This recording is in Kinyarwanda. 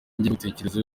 ingengabitekerezo